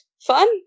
fun